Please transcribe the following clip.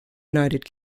united